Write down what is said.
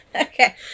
Okay